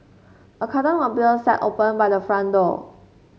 a carton of beer sat open by the front door